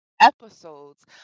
episodes